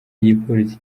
igipolisi